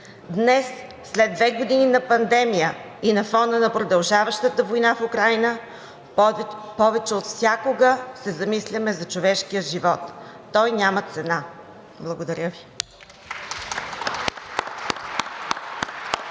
Днес, след две години на пандемия и на фона на продължаващата война в Украйна, повече от всякога се замисляме за човешкия живот. Той няма цена. Благодаря Ви.